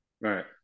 Right